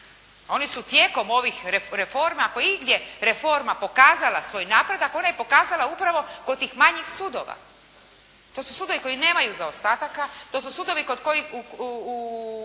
Oni su tijekom ovih reforma ako je igdje reforma pokazala svoj napredak, ona je pokazala upravo kod tih manjih sudova. To su sudovi koji nemaju zaostataka. To su sudovi u čijim